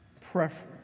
preference